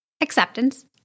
acceptance